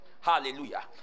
Hallelujah